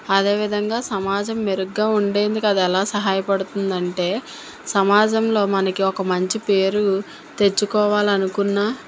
అదే విధంగా సమాజం మెరుగుగా ఉండేందుకు అది ఎలా సహాయపడుతుంది అంటే సమాజంలో మనకు ఒక మంచి పేరు తెచ్చుకోవాలనుకున్న